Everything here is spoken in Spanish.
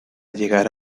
llegar